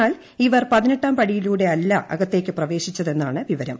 എന്നാൽ ഇവർ പതിനെട്ടാം പടിയിലൂടെയല്ല അകത്തേക്ക് പ്രവേശിച്ചതെന്നാണ് വിവരം